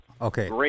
Okay